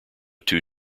two